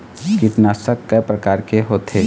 कीटनाशक कय प्रकार के होथे?